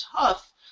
tough